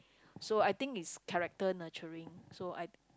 so I think is character nurturing so I